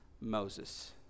Moses